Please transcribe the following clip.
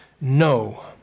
no